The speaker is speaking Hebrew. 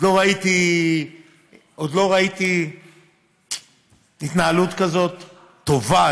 עוד לא ראיתי התנהלות כזאת טובה,